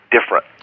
different